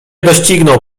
dościgną